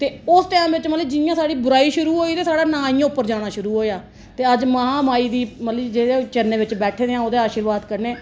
उस टैंम च मतलब जियां साढ़ी बुराई शुरु होई ते साढ़ा नां इयां उज्पर जाना शुरु होआ ते अज्ज में महामाई दी मतलब कि जेहदे चरणे दे बिच बैठे दे आं ओहदे आशीर्बाद कन्नै